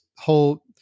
Whole